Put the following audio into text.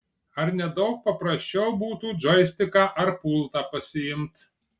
ar ne daug paprasčiau būtų džoistiką ar pultą pasiimt